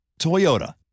Toyota